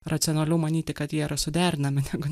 racionalu manyti kad jie yra suderinami negu